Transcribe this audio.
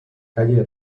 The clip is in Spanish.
calle